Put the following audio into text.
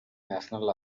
national